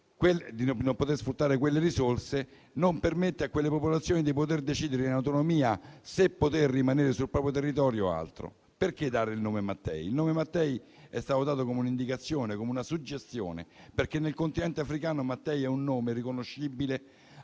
di sfruttarle non permette a quelle popolazioni di decidere in autonomia se rimanere sul proprio territorio o migrare. Perché dare al Pianoil nome Mattei? Il nome Mattei è stato dato come un'indicazione, una suggestione, perché nel Continente africano Mattei è un nome riconoscibile